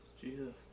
Jesus